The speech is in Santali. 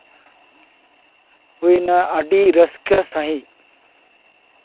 ᱦᱩᱭ ᱮᱱᱟ ᱟᱹᱰᱤ ᱨᱟᱹᱥᱠᱟᱹ ᱥᱟᱺᱦᱤᱡ